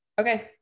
Okay